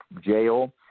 jail